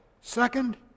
Second